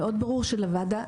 ברור מאוד שלוועדה,